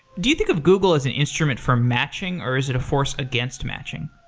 do you think of google as an instrument for matching, or is it a force against matching?